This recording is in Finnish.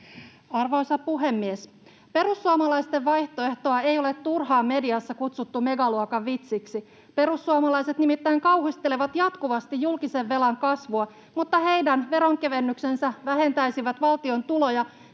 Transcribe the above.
Arvoisa puhemies! Perussuomalaisten vaihtoehtoa ei ole turhaan mediassa kutsuttu megaluokan vitsiksi. Perussuomalaiset nimittäin kauhistelevat jatkuvasti julkisen velan kasvua, mutta heidän veronkevennyksensä vähentäisivät valtion tuloja